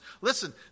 Listen